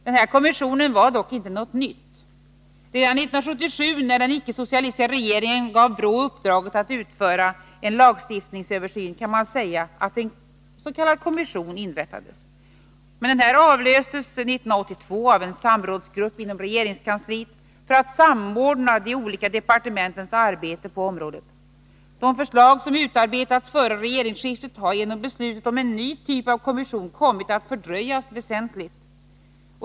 Denna kommission var dock inte något nytt. Redan 1977, när den icke-socialistiska regeringen gav BRÅ uppdraget att utföra en lagstiftningsöversyn, kan man säga att en kommission inrättades. Denna avlöstes under 1982 av en samrådsgrupp inom regeringskansliet för att samordna de olika departementens arbete på området. De förslag som utarbetats före regeringsskiftet har genom beslutet om en ny typ av kommission kommit att fördröjas väsentligt.